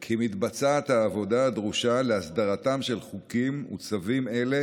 כי מתבצעת העבודה הדרושה להסדרתם של חוקים וצווים אלה